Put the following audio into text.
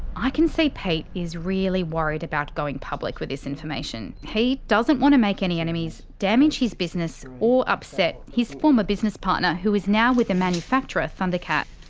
i can see pete is really worried about going public with this information. he doesn't want to make any enemies, damage his business, or upset his former business partner who is now with the manufacturer thundercat.